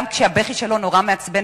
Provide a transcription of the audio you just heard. גם כשהבכי שלו נורא מעצבן,